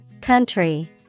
Country